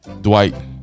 dwight